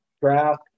draft